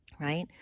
Right